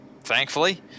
Thankfully